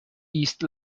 east